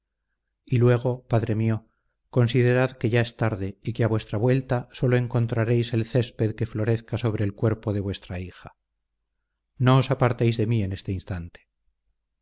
y luego padre mío considerad que ya es tarde y que a vuestra vuelta sólo encontraréis el césped que florezca sobre el cuerpo de vuestra hija no os apartéis de mí en ese instante